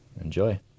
Enjoy